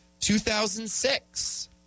2006